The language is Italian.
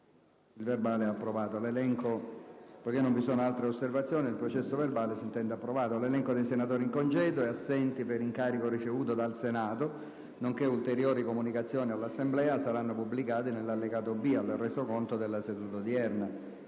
nuova finestra"). L'elenco dei senatori in congedo e assenti per incarico ricevuto dal Senato, nonché ulteriori comunicazioni all'Assemblea saranno pubblicati nell'allegato B al Resoconto della seduta odierna.